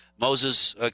Moses